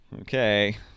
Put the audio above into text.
Okay